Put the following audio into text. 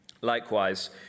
Likewise